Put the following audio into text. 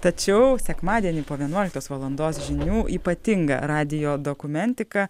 tačiau sekmadienį po vienuoliktos valandos žinių ypatinga radijo dokumentika